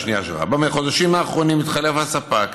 השנייה שלך: בחודשים האחרונים התחלף הספק